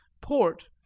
port